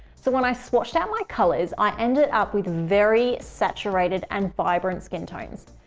so when i swatched out my colors, i ended up with very saturated and vibrant skin tones.